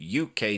UK